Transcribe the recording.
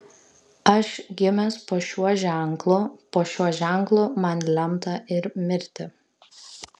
aš gimęs po šiuo ženklu po šiuo ženklu man lemta ir mirti